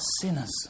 sinners